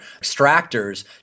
extractors